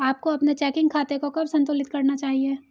आपको अपने चेकिंग खाते को कब संतुलित करना चाहिए?